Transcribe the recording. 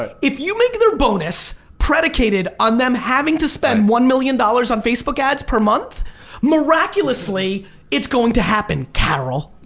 ah if you make their bonus predicated on them having to spend one million dollars on facebook ads per month miraculously it's going to happen carol.